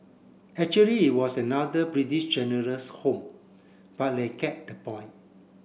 actually it was another British General's home but you get the point